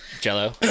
jello